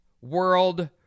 world